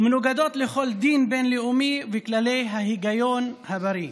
ומנוגדות לכל דין בין-לאומי וכללי ההיגיון הבריא.